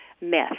myth